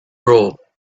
rule